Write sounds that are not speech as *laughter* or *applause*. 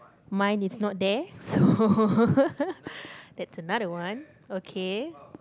mine is not there so *laughs* that is another one okay